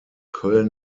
köln